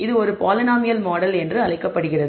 இது ஒரு polynomial model என்று அழைக்கப்படுகிறது